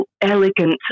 elegant